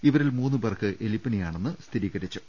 ഇതിൽ മുന്ന് പേർക്ക് എലിപ്പനിയാണെന്ന് സ്ഥിരീകരിച്ചു